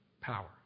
Power